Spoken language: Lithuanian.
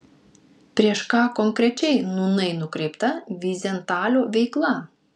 prieš ką konkrečiai nūnai nukreipta vyzentalio veikla